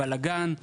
בלגן,